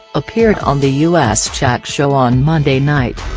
appeared on the us chat show on monday night.